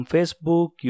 Facebook